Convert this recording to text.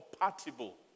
compatible